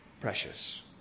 precious